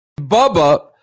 Bubba